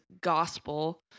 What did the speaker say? gospel